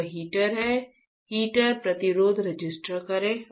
यह हीटर है हीटर प्रतिरोध रजिस्टर करें